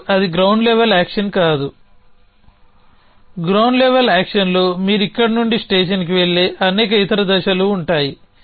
ఇప్పుడు అది ground level action కాదు గ్రౌండ్ లెవెల్ యాక్షన్లో మీరు ఇక్కడ నుండి స్టేషన్కి వెళ్లే అనేక ఇతర దశలు ఉంటాయి